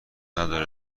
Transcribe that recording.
نداره